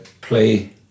play